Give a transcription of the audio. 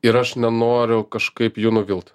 ir aš nenoriu kažkaip jų nuvilt